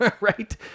right